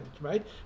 right